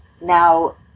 now